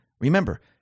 Remember